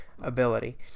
ability